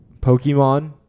pokemon